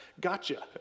gotcha